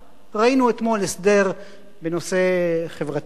ראינו אתמול הסדר בנושא חברתי-כלכלי-תעסוקתי,